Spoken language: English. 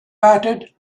batted